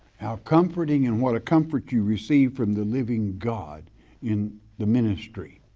how comforting and what a comfort you receive from the living god in the ministry.